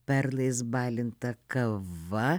perlais balinta kava